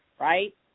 right